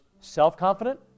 self-confident